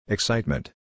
Excitement